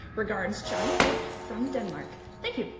regards, johnny k, from denmark. thank you.